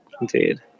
indeed